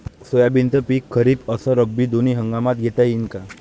सोयाबीनचं पिक खरीप अस रब्बी दोनी हंगामात घेता येईन का?